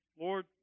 Lord